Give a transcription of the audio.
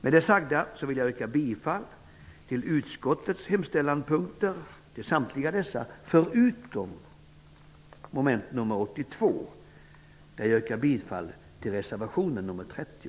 Med det sagda yrkar jag bifall till utskottets hemställan på samtliga punkter, med undantag av mom.nr 82, där jag yrkar bifall till reservation nr 30.